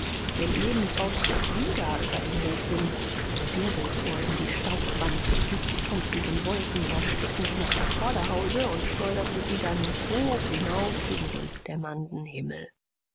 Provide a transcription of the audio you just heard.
denn eben brauste es wieder über den hof hin ein wirbel fuhr in die staubwand trieb die kämpfenden wolken erstickend nach dem vorderhause und schleuderte sie dann hoch hinauf gegen den dämmernden himmel